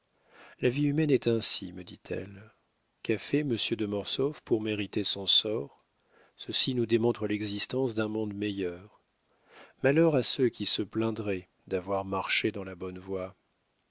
la vie humaine est ainsi me dit-elle qu'a fait monsieur de mortsauf pour mériter son sort ceci nous démontre l'existence d'un monde meilleur malheur à ceux qui se plaindraient d'avoir marché dans la bonne voie